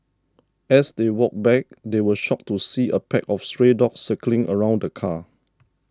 as they walked back they were shocked to see a pack of stray dogs circling around the car